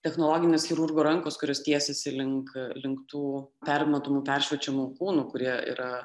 technologinės chirurgo rankos kurios tiesiasi link linktų permatomų peršviečiamų kūnų kurie yra